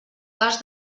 cas